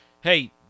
hey